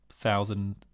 thousand